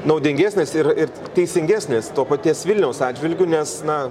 naudingesnės ir ir teisingesnės to paties vilniaus atžvilgiu nes na